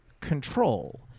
control